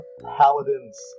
paladin's